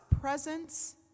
presence